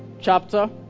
chapter